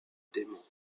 démon